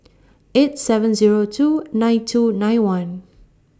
eight seven Zero two nine two nine one